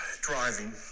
driving